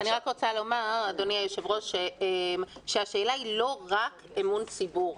אדוני היושב-ראש, השאלה היא לא רק אמון ציבור.